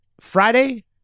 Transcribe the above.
Friday